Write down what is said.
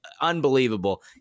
Unbelievable